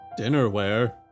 dinnerware